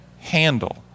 handle